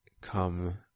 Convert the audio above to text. come